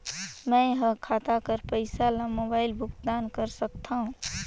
मैं ह खाता कर पईसा ला मोबाइल भुगतान कर सकथव?